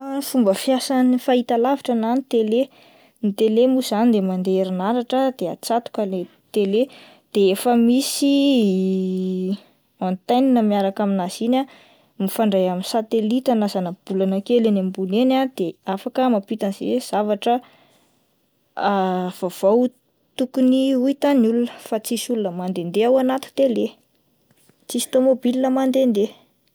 Fomba fiasan'ny fahitalavitra na ny tele, ny teke mo zany dia mandeha herinaratra de atsatoko ilay tele de efa misy antenina miaraka amin'azy iny ah mifandray amin'ny satelita na zana-bolana kely eny ambony eny ah de afaka mampita ze zavatra vaovao tokony ho hitany olona fa tsisy olona mandendeha ao anaty tele, tsisy tomobilina mandendeha.